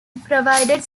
provided